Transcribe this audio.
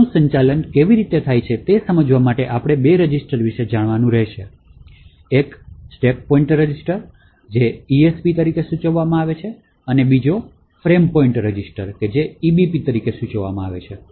સ્ટેકનું સંચાલન કેવી રીતે થાય છે તે સમજવા માટે આપણે બે રજિસ્ટર વિશે જાણવાનું રહેશે એક સ્ટેક પોઇંટર રજિસ્ટર જે ESP તરીકે સૂચવવામાં આવે છે અને બીજો એક ફ્રેમ પોઇન્ટર રજિસ્ટર છે જે EBP તરીકે સૂચવવામાં આવે છે